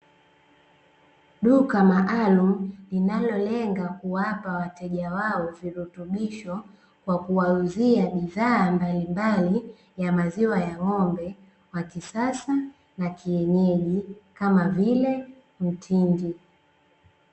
Duka maalumu linalolenga kuwapa wateja wao virutubisho kwa kuwauzia bidhaa mbalimbali ya maziwa ya ng'ombe wa kisasa na kienyeji kama vile: mtindi.